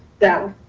that